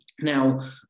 Now